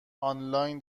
آنلاین